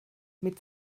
mit